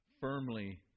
firmly